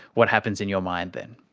what happens in your mind then?